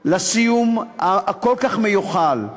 לסיום הכל-כך מיוחל.